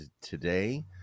today